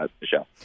Michelle